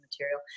material